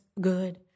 good